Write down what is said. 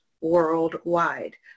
worldwide